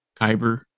Kyber